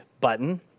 button